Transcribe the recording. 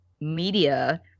media